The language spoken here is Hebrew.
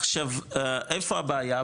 עכשיו איפה הבעיה?